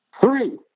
three